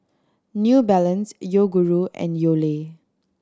New Balance Yoguru and